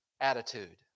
attitude